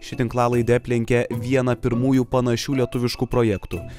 ši tinklalaidė aplenkė vieną pirmųjų panašių lietuviškų projektų